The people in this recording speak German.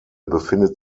befindet